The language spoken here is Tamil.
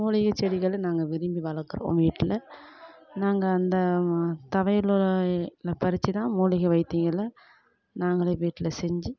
மூலிகை செடிகளை நாங்கள் விரும்பி வளக்கிறோம் வீட்டில் நாங்கள் அந்த தொவைல் இலை பறித்து தான் மூலிகை வைத்தியங்களை நாங்களே வீட்டில் செஞ்சு